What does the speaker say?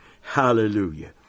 Hallelujah